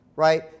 Right